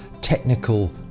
technical